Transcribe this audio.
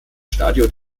stadio